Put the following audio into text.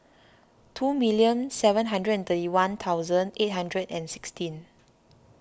two million seven hundred thirty one thousand eight hundred and sixteen